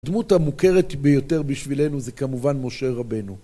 הדמות המוכרת ביותר בשבילנו זה כמובן משה רבנו.